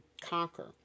conquer